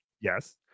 Yes